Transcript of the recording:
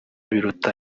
biruta